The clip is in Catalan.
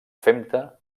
femta